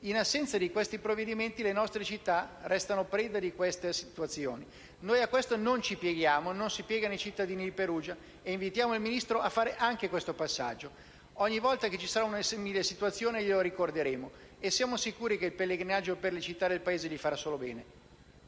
In assenza di questi provvedimenti, le nostre città restano preda di queste situazioni. Noi a questo non ci pieghiamo, non si piegano i cittadini di Perugia e invitiamo il Ministro a fare anche questo passaggio. Ogni volta che ci sarà una situazione simile glielo ricorderemo e siamo sicuri che il pellegrinaggio per le città del Paese gli farà solo bene.